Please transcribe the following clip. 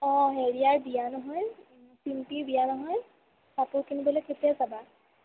অঁ হেৰিয়াৰ বিয়া নহয় চিম্পীৰ বিয়া নহয় কাপোৰ কিনিবলৈ কেতিয়া যাবা